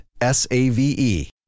S-A-V-E